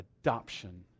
adoption